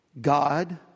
God